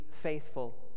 faithful